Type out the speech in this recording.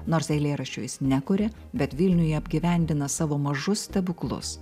nors eilėraščių jis nekuria bet vilniuje apgyvendina savo mažus stebuklus